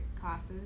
classes